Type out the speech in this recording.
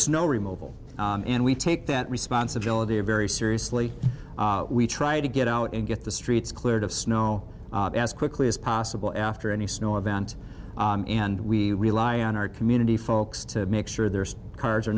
removal and we take that responsibility very seriously we try to get out and get the streets cleared of snow as quickly as possible after any snow event and we rely on our community folks to make sure there's cars are